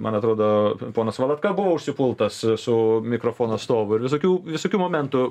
man atrodo ponas valatka buvo užsipultas su mikrofono stovu ir visokių visokių momentų